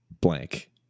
blank